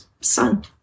Son